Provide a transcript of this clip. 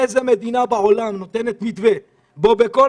איזו מדינה בעולם נותנת מתווה בו בכל